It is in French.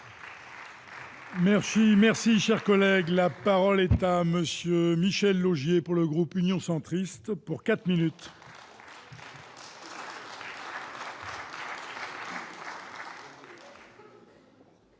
Merci, merci, cher collègue, la parole est à monsieur Michel Laugier pour le groupe Union centriste pour 4 minutes.